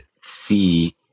see